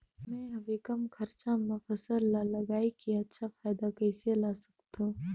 मैं हवे कम खरचा मा फसल ला लगई के अच्छा फायदा कइसे ला सकथव?